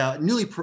newly